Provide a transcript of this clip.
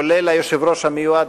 כולל היושב-ראש המיועד,